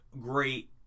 great